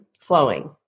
flowing